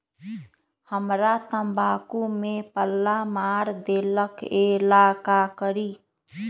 हमरा तंबाकू में पल्ला मार देलक ये ला का करी?